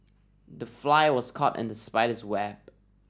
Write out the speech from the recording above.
the fly was caught in the spider's web